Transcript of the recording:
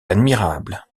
admirable